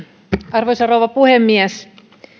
arvoisa rouva puhemies